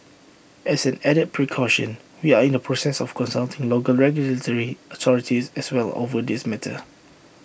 as an added precaution we are in the process of consulting local regulatory authorities as well over this matter